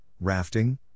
rafting